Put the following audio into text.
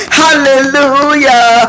hallelujah